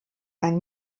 ein